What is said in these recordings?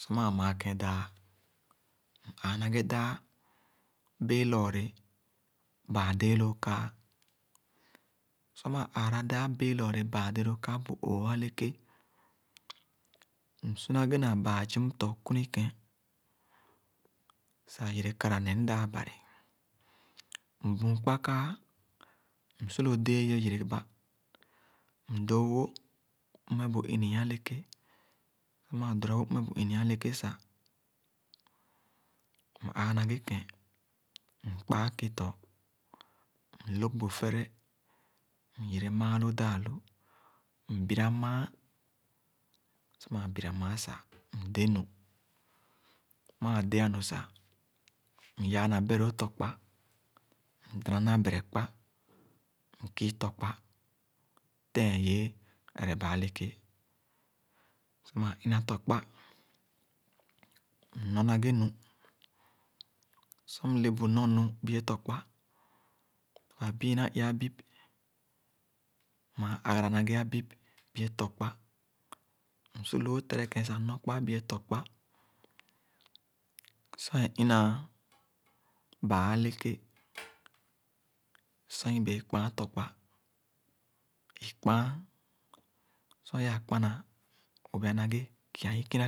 Sor mãã mààkèn daa, m-aa na ghe dãã bẽẽ loɔrẽ baa-déé loo kan. Sor maa aara daa bẽẽ lɔɔre baa-dee loo kaa bu ooh-ooh eleké, msu na ghe na baa zum tɔ̃ kunikẽn sah yere kara ne mdaa. Bari mbüün kpa kaa, msu lo déé ye-yereba. Mdoo-wo mmeh bh ini-ii eleké sah, m-aa na ghe kẽn, mkpaa kets, mlog bu fere, myere maaló daa-lu, mbira mããn. Sor maa bira mããn sah, mdé nu. Sor mãã dea-nu sah, myaa na beh-loo tɔkpa, mdana na berekpa, mkii tɔkpa tẽẽn-yẽẽ ereba-eleké Sor maa ina tɔkpa, m-nɔr naghe nu. Sor mle bu nɔr-nu bie tɔkpa, ba biina i abib, maa agara na ghe é abib bie tɔkpa. Mgu loo tere kẽn sah nɔr kpa bie tɔkpa. Sor ẽ ina baa-eleké, sor ibẽẽ kpããn tɔkpa. Sor ẽ ina baa-eleké, sor ibẽẽ kpããn tɔkpa, ikpããn. Sor i-ãã kpaná, m-obaa na ghe kia ikina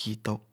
kina